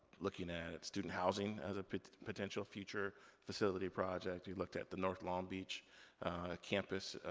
looking at at student housing as a potential future facility project. looked at the north long beach campus,